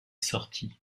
sortit